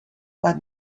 but